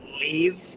leave